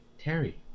Terry